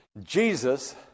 Jesus